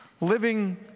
living